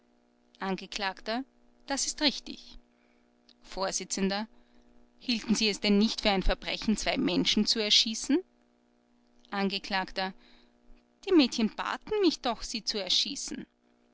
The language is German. angekl das ist richtig vors hielten sie es denn nicht für ein verbrechen zwei menschen zu erschießen angekl die mädchen baten mich doch sie zu erschießen